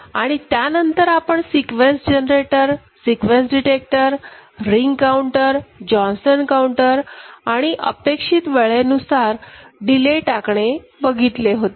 आणि त्यानंतर आपण sequence generator sequence detector ring counter Johnson counter आणि अपेक्षित वेळेनुसार डिले टाकणे बघितले होते